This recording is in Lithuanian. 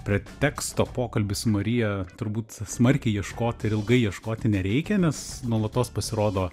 preteksto pokalbiui su marija turbūt smarkiai ieškot ir ilgai ieškoti nereikia nes nuolatos pasirodo